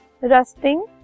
rusting